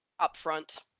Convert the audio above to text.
Upfront